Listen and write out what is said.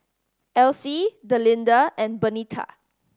Alcie Delinda and Bernita